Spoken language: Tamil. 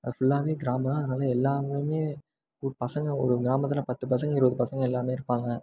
ஃபுல்லாகவே கிராமம் அதனால எல்லாமுமே பசங்கள் ஒரு கிராமத்தில் பத்து பசங்கள் இருபது பசங்கள் எல்லாமே இருப்பாங்க